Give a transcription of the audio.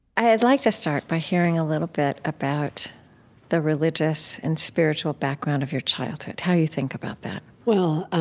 i'd like to start by hearing a little bit about the religious and spiritual background of your childhood, how you think about that well,